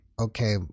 okay